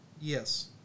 Yes